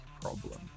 problem